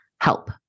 help